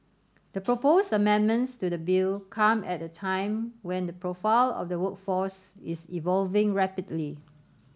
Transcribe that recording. the proposed amendments to the bill come at a time when the profile of the workforce is evolving rapidly